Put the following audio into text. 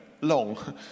long